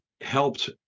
helped